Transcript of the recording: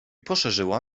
poszerzyła